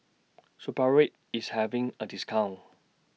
Supravit IS having A discount